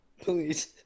Please